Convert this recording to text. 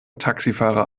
taxifahrer